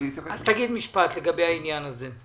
תגיד משפט לגבי העניין הזה.